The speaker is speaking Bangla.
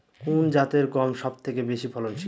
কোন জাতের গম সবথেকে বেশি ফলনশীল?